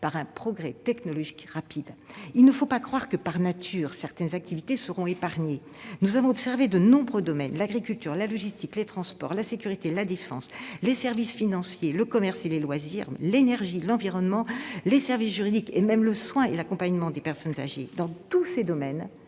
par un progrès technologique rapide. Il ne faut pas croire que, par nature, certaines activités seront épargnées. Nous avons observé que, dans de nombreux domaines- l'agriculture, la logistique et les transports, la sécurité et la défense, les services financiers, le commerce, les loisirs, l'énergie, l'environnement, les services juridiques et même le soin et l'accompagnement des personnes âgées -, les robots